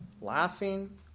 laughing